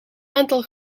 aantal